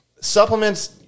supplements